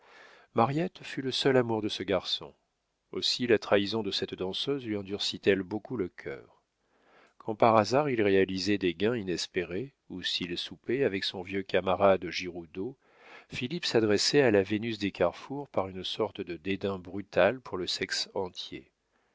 mariette fut le seul amour de ce garçon aussi la trahison de cette danseuse lui endurcit elle beaucoup le cœur quand par hasard il réalisait des gains inespérés ou s'il soupait avec son vieux camarade giroudeau philippe s'adressait à la vénus des carrefours par une sorte de dédain brutal pour le sexe entier